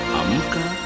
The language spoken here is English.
amuka